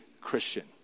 Christian